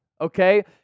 Okay